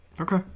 Okay